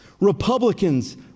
Republicans